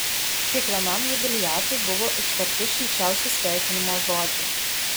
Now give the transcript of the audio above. kiekvienam jubiliatui buvo ištarti šilčiausi sveikinimo žodžiai